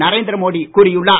நரேந்திர மோடி கூறியுள்ளார்